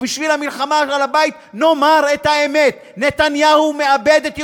ובשביל המלחמה על הבית נאמר את האמת: נתניהו מאבד את ירושלים.